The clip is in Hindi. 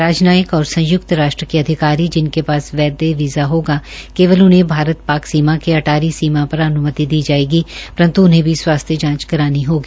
राजनीयक और संयुक्त राश्ट्र के अधिकारी जिनके पास वैद्य वीजा होगा केवल उन्हें भारत पाक सीमा के अटारी सीमा पर अनुमति दी जायेगी परंत उन्हें भी स्वाथ्स्य जांच करानी होगी